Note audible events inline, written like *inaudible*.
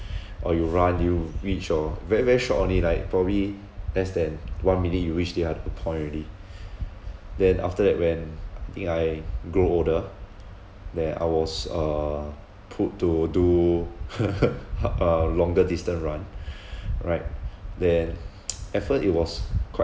or you run you reach your very very short only like probably less than one minute you reach the other point already then after that when I think I grow older *noise* where I was uh put to do *laughs* uh longer distance run right then *noise* at first it was quite